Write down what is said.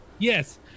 Yes